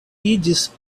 iĝis